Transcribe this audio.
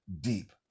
deep